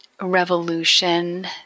revolution